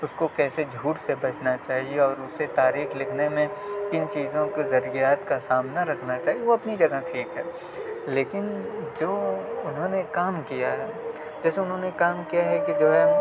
اس کو کیسے جھوٹ سے بچنا چاہیے اور اسے تاریخ لکھنے میں کن چیزوں کے ذریعات کا سامنا رکھنا چاہیے وہ اپنی جگہ ٹھیک ہے لیکن جو انہوں نے کام کیا ہے جیسے انہوں نے کام کیا ہے کہ جو ہے